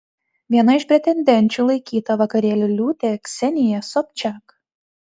viena iš pretendenčių laikyta vakarėlių liūtė ksenija sobčiak